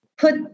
put